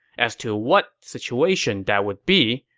as to what situation that would be,